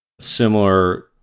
similar